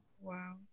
Wow